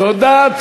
תודה.